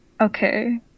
Okay